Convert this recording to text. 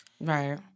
Right